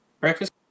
Breakfast